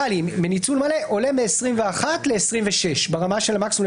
עולה מ-21 ל-26 ברמה של המקסימום.